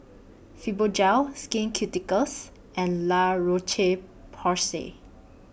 Fibogel Skin Ceuticals and La Roche Porsay